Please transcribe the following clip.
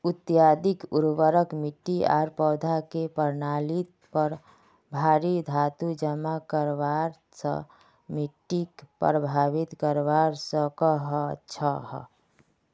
अत्यधिक उर्वरक मिट्टी आर पौधार के प्रणालीत पर भारी धातू जमा हबार स मिट्टीक प्रभावित करवा सकह छह